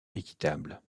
équitable